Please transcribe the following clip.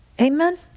Amen